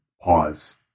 pause